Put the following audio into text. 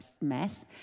mess